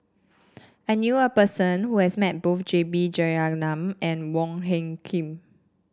I knew a person who has met both J B Jeyaretnam and Wong Hung Khim